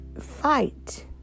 Fight